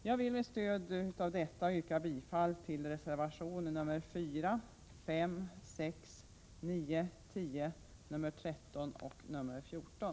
Jag vill med stöd av detta yrka bifall till reservationerna 4,5, 6,9, 10, 13 och 14.